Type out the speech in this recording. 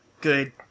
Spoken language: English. good